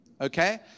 Okay